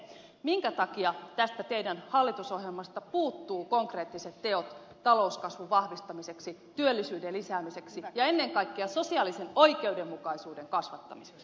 minkä takia tästä teidän hallitusohjelmastanne puuttuvat konkreettiset teot talouskasvun vahvistamiseksi työllisyyden lisäämiseksi ja ennen kaikkea sosiaalisen oikeudenmukaisuuden kasvattamiseksi